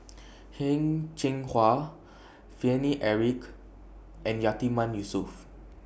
Heng Cheng Hwa Paine Eric and Yatiman Yusof